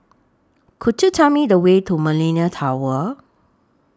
Could YOU Tell Me The Way to Millenia Tower